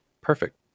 perfect